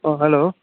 অঁ হেল্ল'